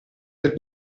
del